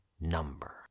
number